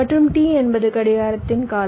மற்றும் T என்பது கடிகாரத்தின் காலம்